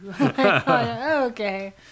Okay